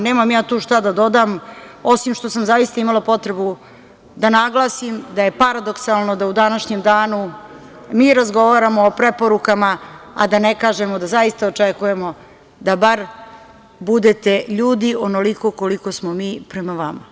Nemam ja tu šta da dodam, osim što sam zaista imala potrebu da naglasim da je paradoksalno da u današnjem danu mi razgovaramo o preporukama, a da ne kažemo da zaista očekujemo da bar budete ljudi onoliko koliko smo mi prema vama.